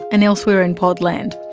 and elsewhere in pod-land.